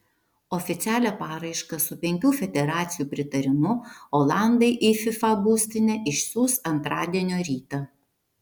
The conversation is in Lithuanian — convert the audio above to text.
oficialią paraišką su penkių federacijų pritarimu olandai į fifa būstinę išsiųs antradienio rytą